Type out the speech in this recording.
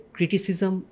Criticism